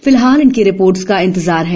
फिलहाल इनकी रिपोर्ट्स का इन्तजार है